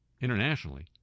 internationally